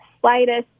slightest